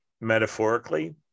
metaphorically